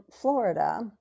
florida